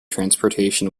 transportation